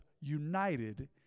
united